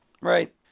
right